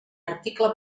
article